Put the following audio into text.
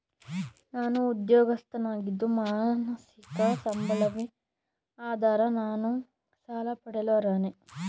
ನಾನು ಉದ್ಯೋಗಸ್ಥನಾಗಿದ್ದು ಮಾಸಿಕ ಸಂಬಳವೇ ಆಧಾರ ನಾನು ಸಾಲ ಪಡೆಯಲು ಅರ್ಹನೇ?